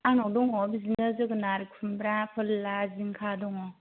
आंनाव दङ बिदिनो जोगोनार खुमब्रा फोरला जिंखा दङ